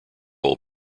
old